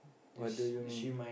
what do you mean